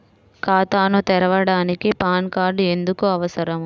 ఖాతాను తెరవడానికి PAN card ఎందుకు అవసరము?